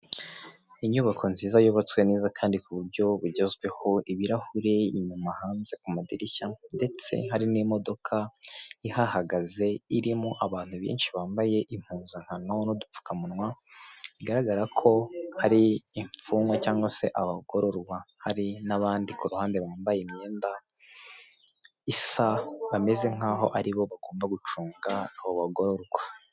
Inyubako nziza yubatswe neza kandi ku buryo bugezweho, ibirahuri inyuma hanze ku madirishya, ndetse hari n'imodoka ihahagaze, irimo abantu benshi bambaye impuzankano n'udupfukamunwa, bigaragara ko ari imfungwa cyangwa se abagororwa. Hari n'abandi ku ruhande bambaye imyenda isa, bameze nk'aho aribo bagomba gucunga abo bagororwa.